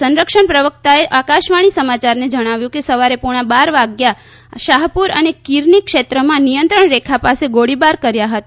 સંરક્ષણ પ્રવકતાએ આકાશવાણી સમાચારને જણાવ્યું કે સવારે પોણા બાર વાગ્યા શાહપુર અને કીરની ક્ષેત્રમાં નિયંત્રણ રેખા પાસે ગોળીબાર કર્યા હતા